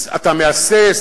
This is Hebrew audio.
אתה מהסס,